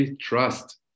trust